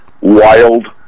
wild